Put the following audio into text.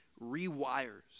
rewires